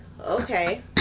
okay